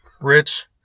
Rich